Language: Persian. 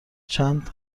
چند